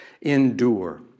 endure